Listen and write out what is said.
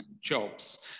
jobs